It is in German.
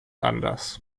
anders